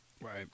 Right